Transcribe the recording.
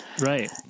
right